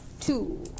Two